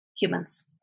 humans